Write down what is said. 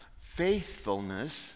Faithfulness